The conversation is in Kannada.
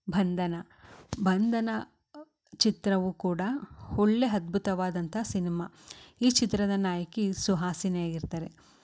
ಬಂಧನ ಬಂಧನ ಚಿತ್ರವು ಕೂಡ ಒಳ್ಳೆಯ ಅದ್ಭುತವಾದಂಥ ಸಿನೆಮಾ ಈ ಚಿತ್ರದ ನಾಯಕಿ ಸುಹಾಸಿನಿ ಆಗಿರ್ತಾರೆ